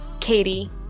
Katie